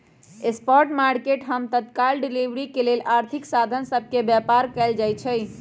spot market हम तत्काल delivery के लेल आर्थिक साधन सभ के व्यापार कयल जाइ छइ